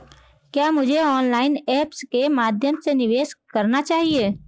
क्या मुझे online apps के माध्यम से निवेश करना चाहिए?